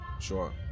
Sure